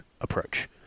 approach